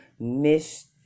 miss